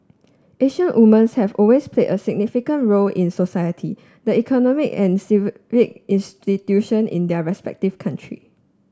Asian woman have always play a significant role in society the economy and institution in their respective country